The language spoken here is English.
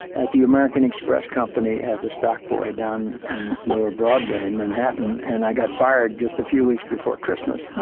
at the american express company as a stock boy down on lower broadway in manhattan, and i got fired just a few weeks before christmas.